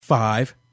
Five